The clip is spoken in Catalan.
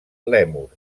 lèmurs